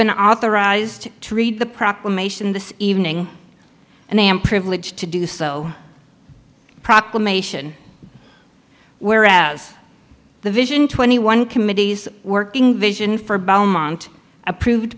been authorized to read the proclamation this evening and i am privileged to do so proclamation whereas the vision twenty one committee's working vision for beaumont approved